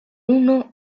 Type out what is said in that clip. uno